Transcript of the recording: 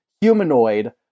Humanoid